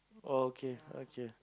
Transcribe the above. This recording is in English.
okay okay